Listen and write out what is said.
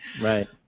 Right